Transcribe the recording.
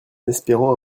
espérant